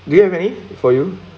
do you have any for you